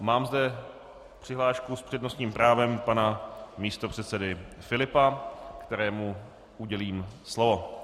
Mám zde přihlášku s přednostním právem pana místopředsedy Filipa, kterému udělím slovo.